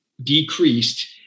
decreased